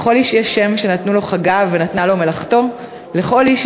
// לכל איש יש שם / שנתנו לו חגיו / ונתנה לו מלאכתו.// לכל איש